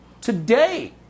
today